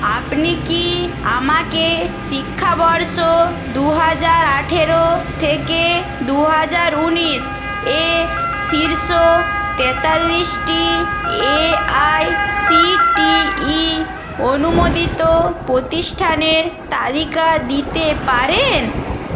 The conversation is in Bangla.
আপনি কি আমাকে শিক্ষাবর্ষ দু হাজার আঠেরো থেকে দু হাজার উনিশ এ শীর্ষ তেতাল্লিশটি A I C T E অনুমোদিত প্রতিষ্ঠানের তালিকা দিতে পারেন